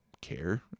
care